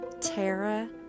Tara